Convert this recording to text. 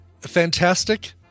Fantastic